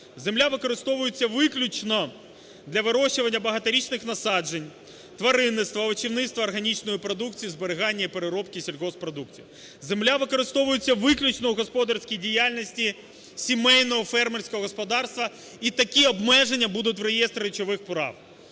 Земля використовується виключно для вирощування багаторічних насаджень, тваринництва, овочівництва, органічної продукції, зберігання і переробки сільгосппродукції. Земля використовується виключно в господарській діяльності сімейного фермерського господарства, і такі обмеження будуть в реєстрі речових прав.